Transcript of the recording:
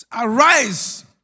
Arise